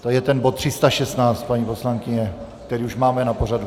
To je ten bod 316, paní poslankyně, který už máme na pořadu?